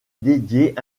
dédiées